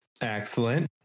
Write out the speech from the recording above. Excellent